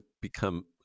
become